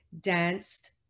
danced